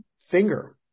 finger